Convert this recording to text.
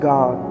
God